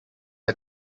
are